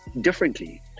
differently